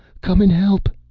come and help,